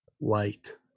Light